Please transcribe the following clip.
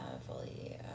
fully